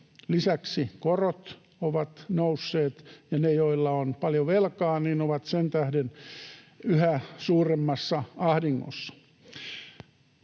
Lisäksi korot ovat nousseet, ja ne, joilla on paljon velkaa, ovat sen tähden yhä suuremmassa ahdingossa.